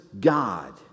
God